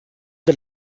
the